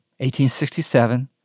1867